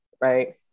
right